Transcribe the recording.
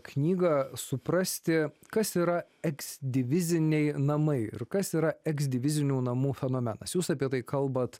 knygą suprasti kas yra eksdiviziniai namai ir kas yra eksdivizinių namų fenomenas jūs apie tai kalbat